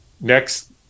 Next